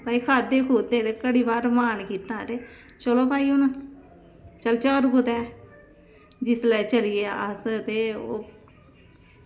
ते खाद्धे पीते ते घड़ी भर रमान कीता ते चलो भई चलो होर कुदै जिस एरिया च अस कुदै